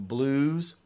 Blues